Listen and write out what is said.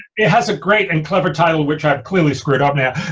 it has a great and clever title, which i've clearly screwed up now,